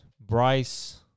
Bryce